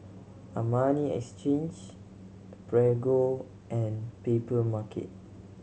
Armani Exchange Prego and Papermarket